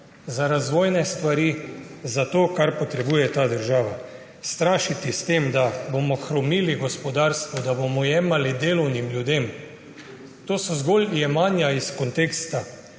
za razvojne stvari, za to, kar potrebuje ta država. Strašiti s tem, da bomo hromili gospodarstvo, da bomo jemali delavnim ljudem, to so zgolj jemanja iz konteksta.